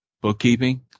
Bookkeeping